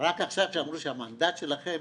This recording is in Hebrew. רק עכשיו, כשאמרו שהמנדט שלכם